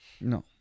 No